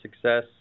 success